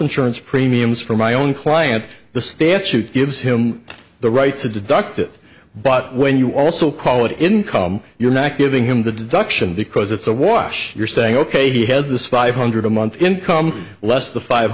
insurance premiums for my own client the statute gives him the right to deduct it but when you also call it income you're not giving him the duction because it's a wash you're saying ok he has this five hundred a month income less the five